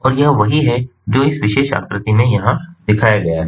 और यह वही है जो इस विशेष आकृति में यहाँ दिखाया गया है